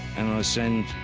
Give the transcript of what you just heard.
and i send,